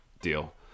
deal